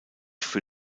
für